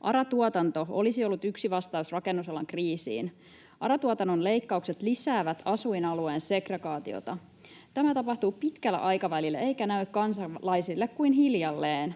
ARA-tuotanto olisi ollut yksi vastaus rakennusalan kriisiin. ARA-tuotannon leikkaukset lisäävät asuin-alueen segregaatiota. Tämä tapahtuu pitkällä aikavälillä eikä näy kansalaisille kuin hiljalleen.